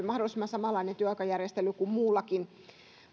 mahdollisimman samanlainen työaikajärjestely kuin